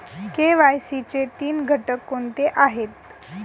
KYC चे तीन घटक कोणते आहेत?